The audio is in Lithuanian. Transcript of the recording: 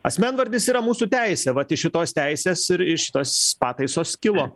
asmenvardis yra mūsų teisė vat iš šitos teisės ir šitos pataisos kilo